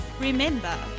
Remember